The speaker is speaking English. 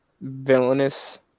villainous